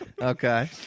Okay